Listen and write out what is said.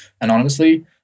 anonymously